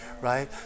Right